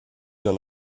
d’un